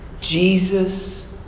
Jesus